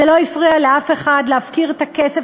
זה לא הפריע לאף אחד להפקיר את הכסף